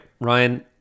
Ryan